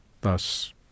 thus